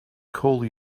call